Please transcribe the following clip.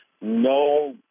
no